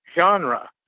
genre